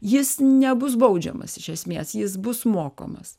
jis nebus baudžiamas iš esmės jis bus mokomas